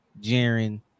Jaren